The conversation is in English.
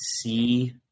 see